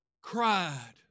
cried